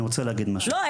אני רוצה להגיד משהו --- לא,